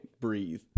breathe